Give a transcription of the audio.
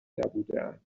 نبودهاند